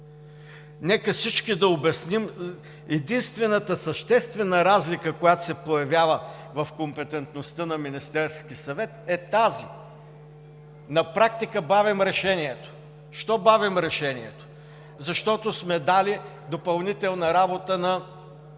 Нека всички да обясним! Единствената съществена разлика, която се появява в компетентността на Министерския съвет, е тази – на практика бавим решението. Защо бавим решението? Защото сме дали допълнителна работа на